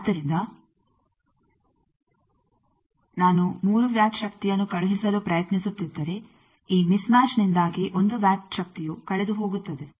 ಆದ್ದರಿಂದ ನಾನು ಮೂರು ವಾಟ್ ಶಕ್ತಿಯನ್ನು ಕಳುಹಿಸಲು ಪ್ರಯತ್ನಿಸುತ್ತಿದ್ದರೆ ಈ ಮಿಸ್ ಮ್ಯಾಚ್ ನಿಂದಾಗಿ ಒಂದು ವಾಟ್ ಶಕ್ತಿಯು ಕಳೆದುಹೋಗುತ್ತದೆ